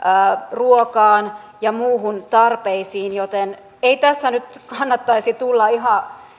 ruokaan ja muihin tarpeisiin joten ei tässä nyt kannattaisi tulla ihan